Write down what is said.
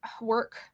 work